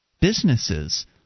Businesses